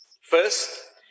First